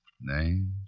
Names